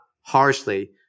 harshly